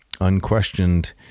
unquestioned